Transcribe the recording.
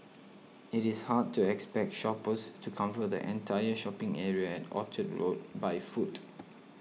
it is hard to expect shoppers to cover the entire shopping area at Orchard Road by foot